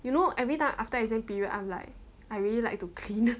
you know everytime after exam period I'm like I really like to clean